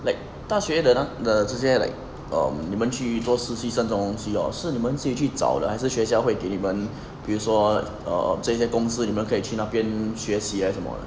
like 大学的的这些 like um 你们去做实习生这种东西 hor 是你们自己去找的还是学校会给你们比如说 um 这些公司你们可以去那边学习什么的